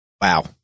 Wow